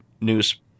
news